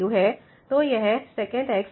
तो यह sec x 1 tan x होगा 0